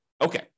Okay